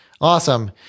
Awesome